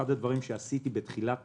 אחד הדברים שעשיתי בתחילת